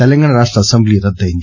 తెలంగాణ రాష్ట్ర అసెంబ్లీ రద్దయింది